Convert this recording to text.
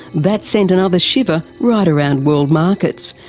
that sent another shiver right around world markets.